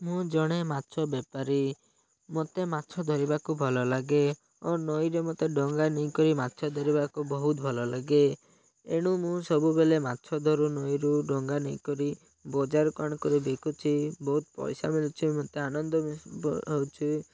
ମୁଁ ଜଣେ ମାଛ ବେପାରୀ ମତେ ମାଛ ଧରିବାକୁ ଭଲ ଲାଗେ ଓ ନଈରେ ମତେ ଡଙ୍ଗା ନେଇକରି ମାଛ ଧରିବାକୁ ବହୁତ ଭଲ ଲାଗେ ଏଣୁ ମୁଁ ସବୁବେଳେ ମାଛ ଧରୁ ନଈରୁ ଡଙ୍ଗା ନେଇକରି ବଜାର କ'ଣ କରି ବିକୁଛି ବହୁତ ପଇସା ମିଳୁଛି ମତେ ଆନନ୍ଦ ହେଉଛି